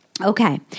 Okay